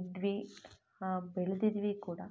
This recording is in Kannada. ಇದ್ವಿ ಬೆಳೆದಿದ್ವಿ ಕೂಡ